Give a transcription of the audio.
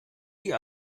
die